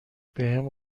بهم